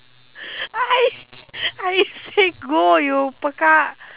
I I said go you pekak